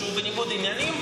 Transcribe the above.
כשהוא בניגוד עניינים,